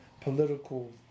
political